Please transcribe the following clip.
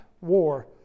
war